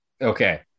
Okay